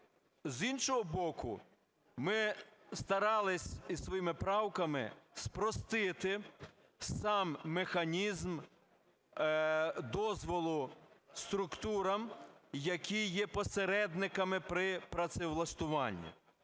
З іншого боку, ми старались і своїми правками спростити сам механізм дозволу структурам, які є посередниками при працевлаштуванні.